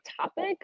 topic